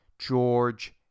George